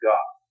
God